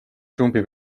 trumpi